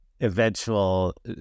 eventual